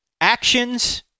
actions